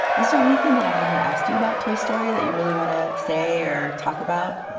is there anything that i haven't asked you about toy story that you really want to say or talk about?